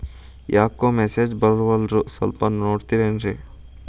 ಯಾಕೊ ಮೆಸೇಜ್ ಬರ್ವಲ್ತು ಸ್ವಲ್ಪ ನೋಡ್ತಿರೇನ್ರಿ?